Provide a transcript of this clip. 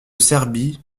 serbie